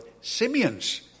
Simeon's